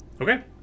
okay